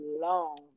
long